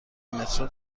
مترو